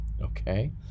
Okay